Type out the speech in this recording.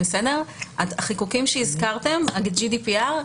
החיקוקים שהזכרתם, ה-GDPR,